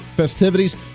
festivities